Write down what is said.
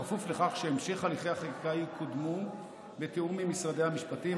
בכפוף לכך שבהמשך הליכי החקיקה יקודמו בתיאום עם משרדי המשפטים,